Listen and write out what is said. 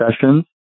sessions